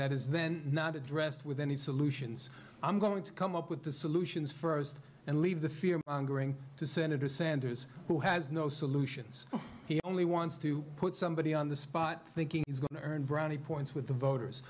that is then not addressed with any solutions i'm going to come up with the solutions first and leave the fear mongering to senator sanders who has no solutions he only wants to put somebody on the spot thinking he's going to earn brownie points with the voters